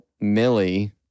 Millie